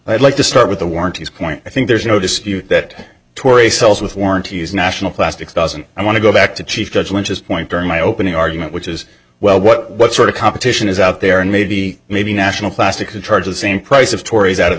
i'd like to start with the warranties point i think there's no dispute that tori sells with warranties national plastics doesn't i want to go back to chief judge lynch as point during my opening argument which is well what sort of competition is out there and maybe maybe national plastic a charge the same price of tory's out of the